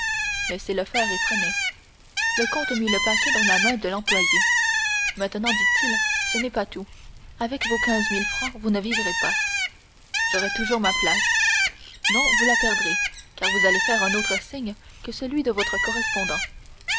laissez-le faire et prenez le comte mit le paquet dans la main de l'employé maintenant dit-il ce n'est pas tout avec vos quinze mille francs vous ne vivrez pas j'aurai toujours ma place non vous la perdrez car vous allez faire un autre signe que celui de votre correspondant